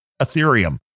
Ethereum